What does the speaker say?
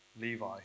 Levi